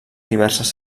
diverses